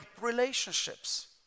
relationships